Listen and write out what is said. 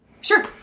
Sure